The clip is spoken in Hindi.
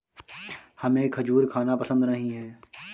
मुझें खजूर खाना पसंद नहीं है